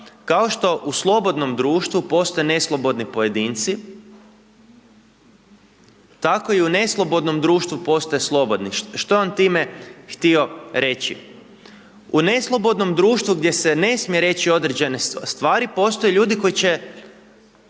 kao što u slobodnom društvu postoje neslobodni pojedinci tako i u neslobodnom društvu postoje slobodni. Što je on time htio reći? U neslobodnom društvu gdje se ne smije reći određene stvari postoje ljudi koji će